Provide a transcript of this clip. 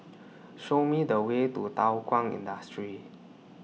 Show Me The Way to Thow Kwang Industry